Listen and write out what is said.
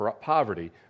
poverty